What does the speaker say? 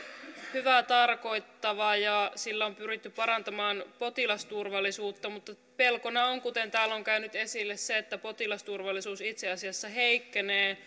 hyvää tarkoittava ja sillä on on pyritty parantamaan potilasturvallisuutta mutta pelkona on kuten täällä on käynyt esille se että potilasturvallisuus itse asiassa heikkenee